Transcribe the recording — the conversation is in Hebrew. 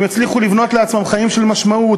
הם יצליחו לבנות לעצמם חיים של משמעות,